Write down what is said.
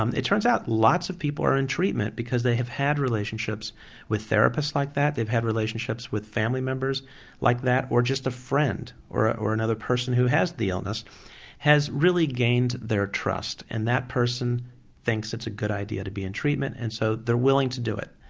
um it turns out lots of people are in treatment because they have had relationships with therapists like that, they've had relationships with family members like that, or just a friend, or another person who has the illness has really gained their trust. and that person thinks it's a good idea to be in treatment and so they're willing to do it.